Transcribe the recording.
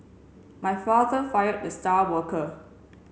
my father fired the star worker